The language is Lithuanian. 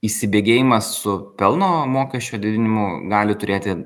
įsibėgėjimas su pelno mokesčio didinimu gali turėti